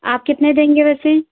आप कितने देंगे वैसे